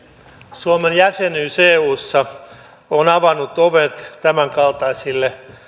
suomen jäsenyys eussa on avannut ovet tämänkaltaisille